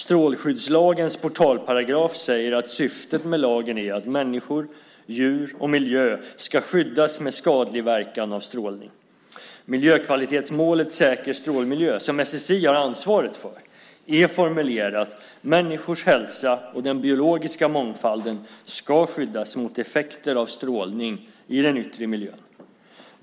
Strålskyddslagens portalparagraf säger att syftet med lagen är att människor, djur och miljö ska skyddas mot skadlig verkan av strålning. Miljökvalitetsmålet Säker strålmiljö som SSI har ansvaret för är formulerat: "Människors hälsa och den biologiska mångfalden skall skyddas mot skadliga effekter av strålning i den yttre miljön."